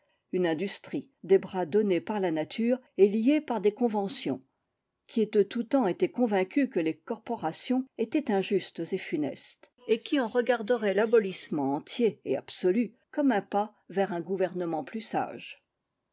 une industrie des bras donnés par la nature et liés par des conventions qui ai de tout temps été convaincu que les corporations étaient injustes et funestes et qui en regarderais l'abolissement entier et absolu comme un pas vers un gouvernement plus sage